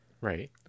right